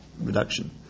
reduction